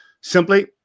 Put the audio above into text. Simply